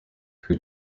who